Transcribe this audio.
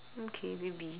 okay maybe